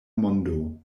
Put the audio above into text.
mondo